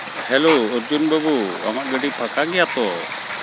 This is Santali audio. ᱦᱮᱞᱳ ᱚᱨᱡᱩᱱ ᱵᱟᱹᱵᱩ ᱟᱢᱟᱜ ᱜᱟᱹᱰᱤ ᱯᱷᱟᱸᱠᱟ ᱜᱮᱭᱟ ᱛᱚ